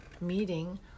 meeting